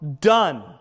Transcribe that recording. done